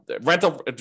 rental